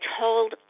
told